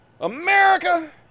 America